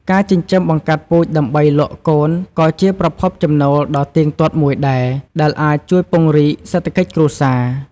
ការចិញ្ចឹមបង្កាត់ពូជដើម្បីលក់កូនក៏ជាប្រភពចំណូលដ៏ទៀងទាត់មួយដែរ ដែលអាចជួយពង្រីកសេដ្ឋកិច្ចគ្រួសារ។